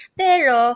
pero